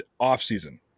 offseason